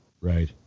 right